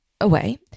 away